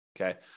Okay